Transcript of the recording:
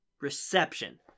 reception